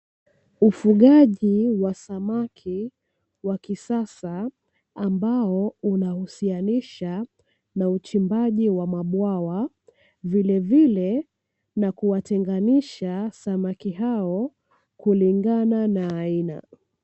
Ufugaji wa samaki wa kisasa ambao unauhusianisha na uchimbaji wa mabwawa, vilevile na kuwatenganisha samaki hao kulingana na aina.